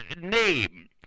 name